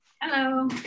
Hello